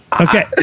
Okay